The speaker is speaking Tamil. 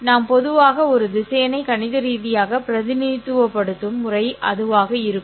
நாம் பொதுவாக ஒரு திசையனை கணித ரீதியாக பிரதிநிதித்துவப்படுத்தும் முறை அதுவாக இருக்கும்